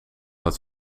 het